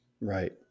Right